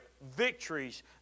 victories